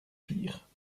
pire